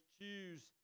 choose